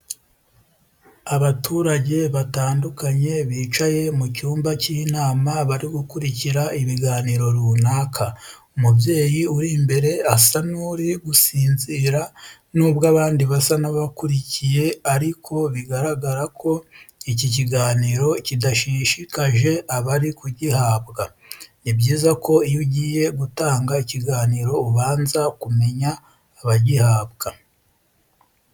Abaturage batandukanye bicaye mu cyumba cy'inama bari gukurikira ibiganiro runaka, umubyeyi uri imbere asa n'uri gusinzira nubwo abandi basa n'abakurikiye ariko bigaragara ko iki kiganiro kidashishsikaje abari kugihabwa. Ni byiza ko iyo ugiye gutanga ikiganiro ubanza kumenya abagihabwa.